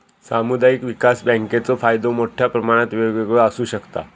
सामुदायिक विकास बँकेचो फायदो मोठ्या प्रमाणात वेगवेगळो आसू शकता